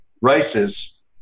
races